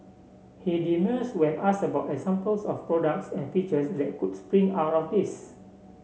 he demurs when asked about examples of products and features that could spring out of this